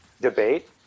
debate